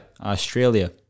Australia